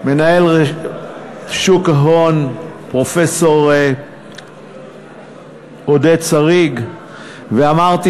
למנהל שוק ההון פרופסור עודד שריג ואמרתי